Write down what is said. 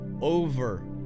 over